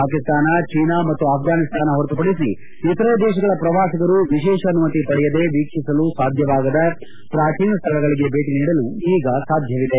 Pakistan China ಮತ್ತು ಅಫ್ವಾನಿಸ್ತಾನ ಹೊರತುಪಡಿಸಿ ಇತರೆ ದೇಶಗಳ ಪ್ರವಾಸಿಗರು ವಿಶೇಷ ಅನುಮತಿ ಪಡೆಯದೇ ವೀಕ್ಷಿಸಲು ಸಾಧ್ಯವಾಗದ ಪ್ರಾಚೀನ ಸ್ಥಳಗಳಿಗೆ ಭೇಟಿ ನೀಡಲು ಈಗ ಸಾಧ್ಯವಿದೆ